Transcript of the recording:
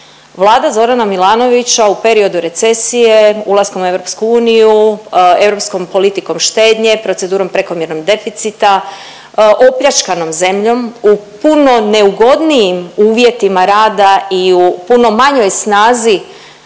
vlada Zorana Milanovića u periodu recesije, ulaskom u EU, europskom politikom štednje, procedurom prekomjernog deficita, opljačkanom zemljom u puno neugodnijim uvjetima rada i u puno manjoj snazi